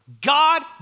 God